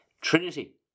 Trinity